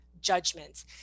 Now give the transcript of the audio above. judgments